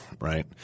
right